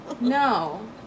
No